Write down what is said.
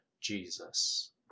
Jesus